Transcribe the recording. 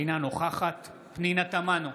אינה נוכחת פנינה תמנו,